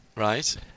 Right